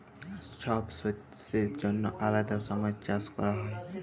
ছব শস্যের জ্যনহে আলেদা ছময় চাষ ক্যরা হ্যয়